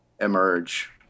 emerge